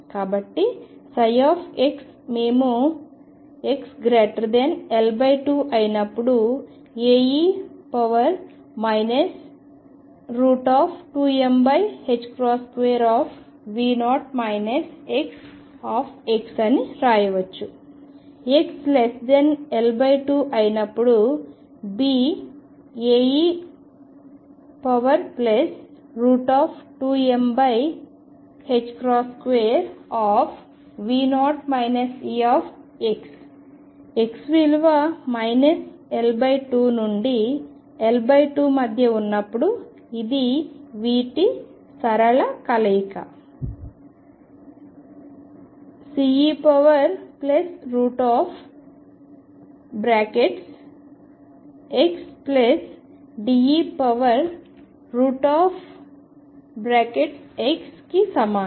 కాబట్టి x మేము xL2 అయినప్పుడు Ae 2m2V0 Ex అని రాయవచ్చు x L2 అయినప్పుడు B Ae2m2V0 Ex X విలువ L2 నుండి L2 మధ్య ఉన్నప్పుడు ఇది వీటి సరళ కలయిక CexDe x కి సమానం